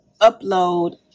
upload